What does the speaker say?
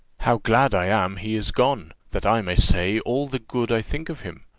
how glad i am he is gone, that i may say all the good i think of him!